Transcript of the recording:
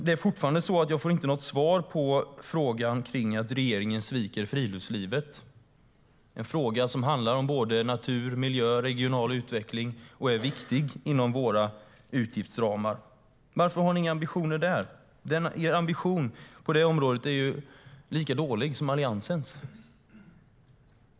Jag har fortfarande inte fått något svar på frågan om att regeringen sviker friluftslivet. Frågan handlar om såväl natur och miljö som regional utveckling och är viktig inom våra utgiftsramar. Varför har ni inga ambitioner där? Er ambition på det området är lika dålig som Alliansens.